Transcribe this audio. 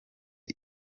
ngo